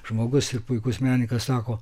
žmogus ir puikus menininkas sako